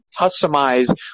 customize